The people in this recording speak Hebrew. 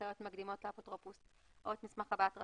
הנחיות מקדימות לאפוטרופוס או את מסמך הבעת רצון,